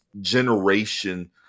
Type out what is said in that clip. generation